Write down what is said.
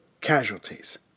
casualties